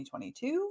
2022